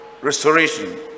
restoration